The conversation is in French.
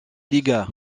liga